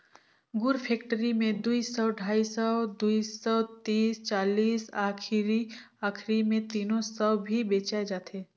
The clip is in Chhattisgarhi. गुर फेकटरी मे दुई सौ, ढाई सौ, दुई सौ तीस चालीस आखिरी आखिरी मे तीनो सौ भी बेचाय जाथे